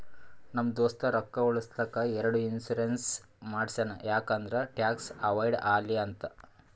ನಮ್ ದೋಸ್ತ ರೊಕ್ಕಾ ಉಳುಸ್ಲಕ್ ಎರಡು ಇನ್ಸೂರೆನ್ಸ್ ಮಾಡ್ಸ್ಯಾನ್ ಯಾಕ್ ಅಂದುರ್ ಟ್ಯಾಕ್ಸ್ ಅವೈಡ್ ಆಲಿ ಅಂತ್